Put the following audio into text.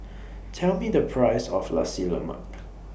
Tell Me The Price of Nasi Lemak